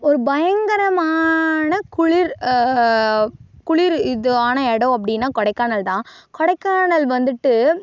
ஒரு பயங்கரமான குளிர் குளிர் இதான இடம் அப்படின்னா கொடைக்கானல் தான் கொடைக்கானல் வந்துட்டு